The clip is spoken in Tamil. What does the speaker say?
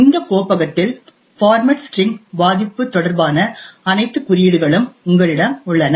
இந்த கோப்பகத்தில் பார்மேட் ஸ்டிரிங் பாதிப்பு தொடர்பான அனைத்து குறியீடுகளும் உங்களிடம் உள்ளன